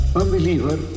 unbeliever